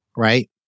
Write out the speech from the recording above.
Right